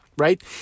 Right